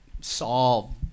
solve